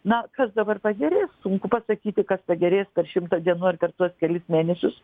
na kas dabar pagerės sunku pasakyti kad pagerės per šimtą dienų ar per tuos kelis mėnesius